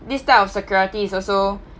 this type of security is also